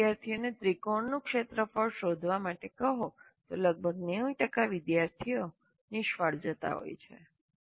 જો તમે વિદ્યાર્થીઓને ત્રિકોણનું ક્ષેત્રફળ શોધવા માટે કહો તો લગભગ 90 ટકા વિદ્યાર્થીઓ નિષ્ફળ જતા હોય છે